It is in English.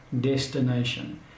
destination